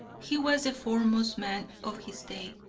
he was the foremost man of his day,